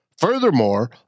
Furthermore